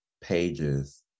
pages